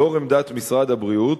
לאור עמדת משרד הבריאות,